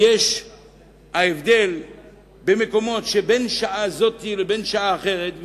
ההבדל בין שעה זו לשעה אחרת,